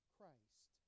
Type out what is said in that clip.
Christ